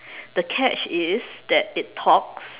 the catch is that it talks